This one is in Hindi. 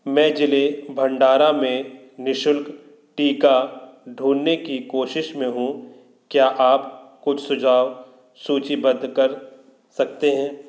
मैं जिले भंडारा में निशुल्क टीका ढूँढने की कोशिश में हूँ क्या आप कुछ सुझाव सूचीबद्ध कर सकते हैं